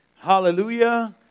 Hallelujah